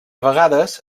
vegades